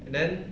and then